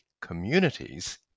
communities